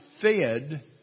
fed